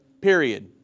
period